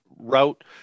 Route